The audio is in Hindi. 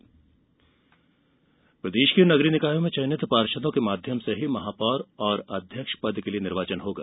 महापौर निर्वाचन प्रदेश के नगरीय निकायों में चयनित पार्षदों के माध्यम से ही महापौर और अध्यक्ष पद पर निर्वाचन होगा